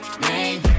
name